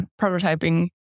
prototyping